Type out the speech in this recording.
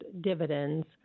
dividends